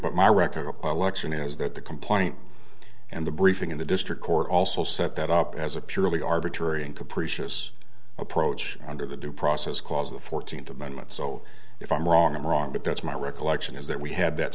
but my recollection is that the complaint and the briefing in the district court also set that up as a purely arbitrary and capricious approach under the due process clause of the fourteenth amendment so if i'm wrong i'm wrong but that's my recollection is that we had that